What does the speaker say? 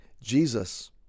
Jesus